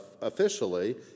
officially